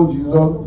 Jesus